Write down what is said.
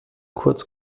kurz